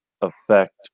affect